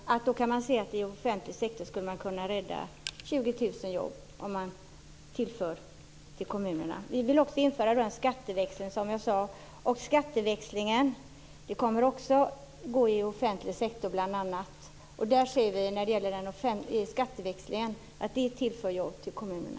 Man skulle genom detta tillskott till kommunerna kunna rädda 20 000 Vi vill, som jag sade, också genomföra en skatteväxling, som bl.a. kommer att beröra offentlig sektor. Vi säger att skatteväxlingen tillför jobb till kommunerna.